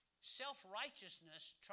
Self-righteousness